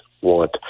want